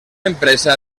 empresa